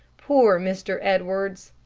poor mr. edwards!